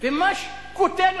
וממש קוטל אותה.